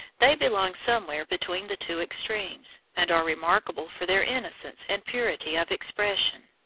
they belong somewhere between the two extremes, and are remarkable for their innocence and purity of expression.